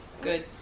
Good